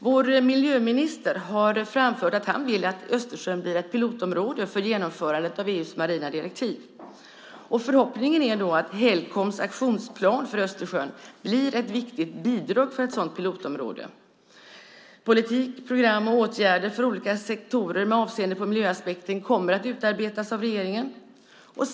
Vår miljöminister har framfört att han vill att Östersjön blir ett pilotområde för genomförandet av EU:s marina direktiv. Förhoppningen är då att Helcoms aktionsplan för Östersjön blir ett viktigt bidrag för ett sådant pilotområde. Politik, program och åtgärder för olika sektorer med avseende på miljöaspekten kommer att utarbetas av regeringen.